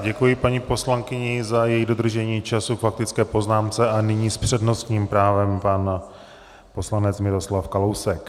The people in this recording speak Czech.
Děkuji paní poslankyni za dodržení času k faktické poznámce a nyní s přednostním právem pan poslanec Miroslav Kalousek.